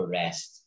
rest